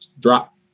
drop